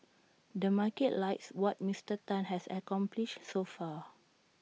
the market likes what Mister Tan has accomplished so far